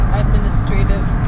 administrative